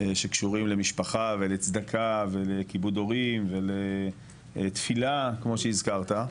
שקשורים למשפחה ולצדקה ולכיבוד הורים ולתפילה כמו שהזכרת,